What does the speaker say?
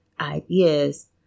ideas